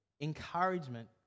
encouragement